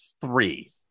three